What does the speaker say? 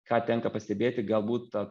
ką tenka pastebėti galbūt tą